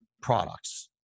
products